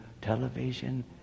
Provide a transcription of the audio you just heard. television